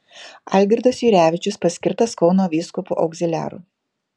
algirdas jurevičius paskirtas kauno vyskupu augziliaru